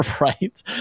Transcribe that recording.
Right